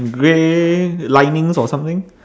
grey linings or something